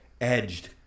edged